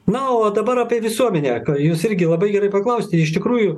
na o dabar apie visuomenę ką jūs irgi labai gerai paklausėte iš tikrųjų